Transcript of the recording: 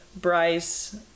bryce